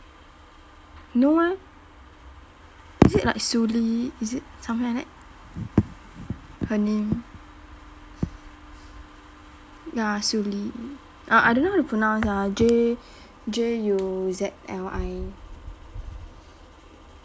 no eh is it like suli is it something like that her name ya suli uh I don't know how to pronounce ah J J U Z L I